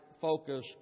focus